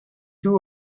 two